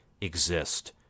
exist